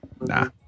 Nah